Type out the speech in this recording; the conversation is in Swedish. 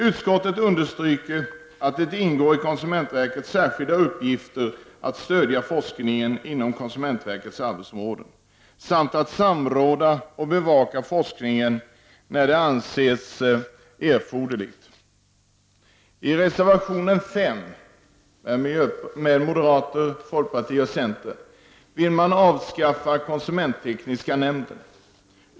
Utskottet understryker att det ingår i konsumentverkets särskilda uppgifter att stödja forskningen inom konsumentverkets arbetsområden samt att samråda och bevaka forskningen när så anses erforderligt. I reservation 5 anför ledamöter från moderaterna, folkpartiet och centern att konsumenttekniska nämnden bör avskaffas.